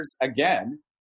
again